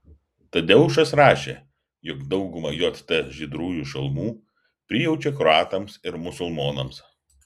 tadeušas rašė jog dauguma jt žydrųjų šalmų prijaučia kroatams ir musulmonams